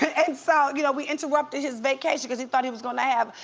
and so, you know, we interrupted his vacation cause he thought he was gonna have,